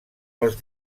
pels